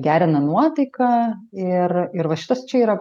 gerina nuotaiką ir ir va šitas čia yra